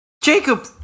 Jacob